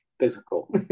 physical